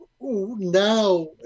now